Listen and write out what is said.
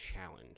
challenge